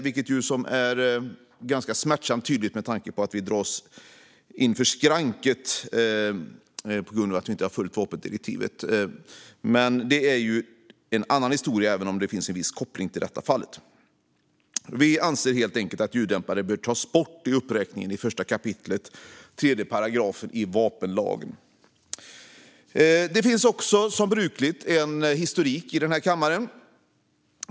Det är ganska smärtsamt tydligt med tanke på att vi dras inför skranket på grund av att vi inte har följt vapendirektivet. Men det är en annan historia, även om det finns en viss koppling till detta fall. Vi anser helt enkelt att ljuddämpare bör tas bort i uppräkningen i 1 kap. 3 § vapenlagen. Det finns också som brukligt en historik i kammaren.